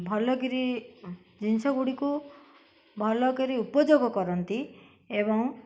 ଭଲକିିରି ଜିନିଷ ଗୁଡ଼ିକୁ ଭଲକିରି ଉପଯୋଗ କରନ୍ତି ଏବଂ